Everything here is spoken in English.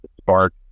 spark